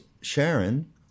Sharon